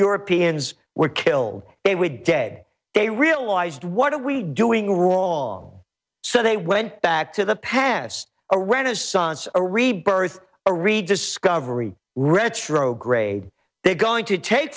europeans were killed they would be dead they realized what are we doing wrong so they went back to the past a renaissance a rebirth a read discovery retro grade they going to take